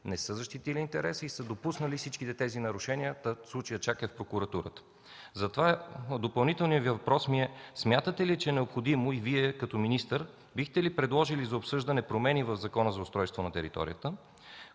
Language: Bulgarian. не са защитили интереса и са допуснали всички тези нарушения, та случаят чак и в прокуратурата. Затова допълнителният Ви въпрос е: смятате ли, че е необходимо и Вие като министър бихте ли предложили за обсъждане промени в Закона за устройство на територията,